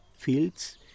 Fields